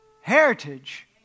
heritage